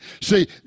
See